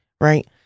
Right